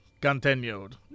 continued